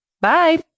Bye